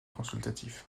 consultatif